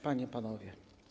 Panie i Panowie!